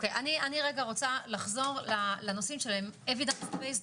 אני רוצה לחזור לנושאים של ה- evidence based,